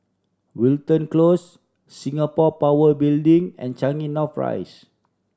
Wilton Close Singapore Power Building and Changi North Rise